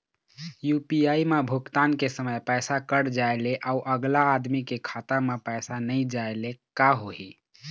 UPI म भुगतान के समय पैसा कट जाय ले, अउ अगला आदमी के खाता म पैसा नई जाय ले का होही?